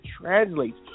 translates